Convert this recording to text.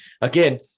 again